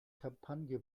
kampagne